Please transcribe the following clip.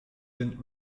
been